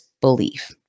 belief